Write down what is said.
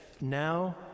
now